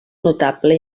notable